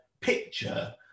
picture